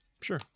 Sure